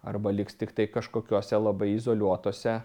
arba liks tiktai kažkokiose labai izoliuotose